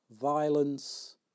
Violence